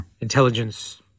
intelligence